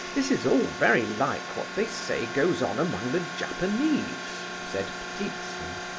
this is all very like what they say goes on among the japanese? said ptitsin.